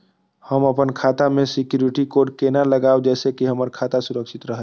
हम अपन खाता में सिक्युरिटी कोड केना लगाव जैसे के हमर खाता सुरक्षित रहैत?